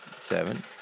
seven